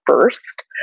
first